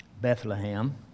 Bethlehem